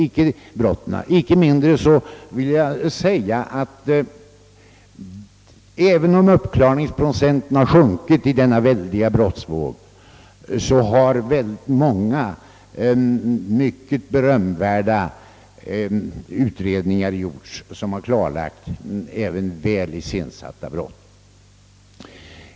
Icke desto mindre vill jag säga att även om uppklarningsprocenten sjunkit har många berömvärda utredningar gjorts, vilka klarlagt också listigt iscensatta brott.